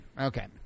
Okay